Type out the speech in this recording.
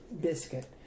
biscuit